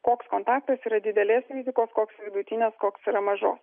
koks kontaktas yra didelės rizikos koks vidutinės koks yra mažos